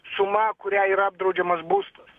suma kurią yra apdraudžiamas būstas